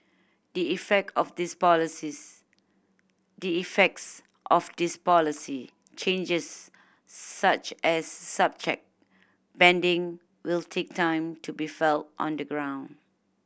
the effect of these policies the effects of these policy changes such as subject banding will take time to be felt on the ground